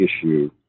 issue